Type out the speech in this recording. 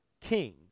king